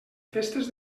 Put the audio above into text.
festes